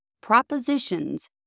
propositions